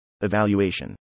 Evaluation